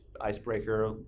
icebreaker